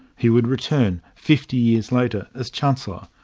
he would return, fifty years later, as chancellor.